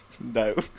No